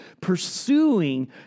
pursuing